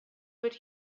but